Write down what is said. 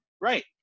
right